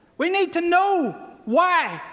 we need to know why,